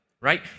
right